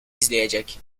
izleyecek